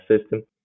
system